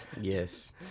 Yes